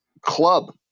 club